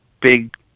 big